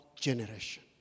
generation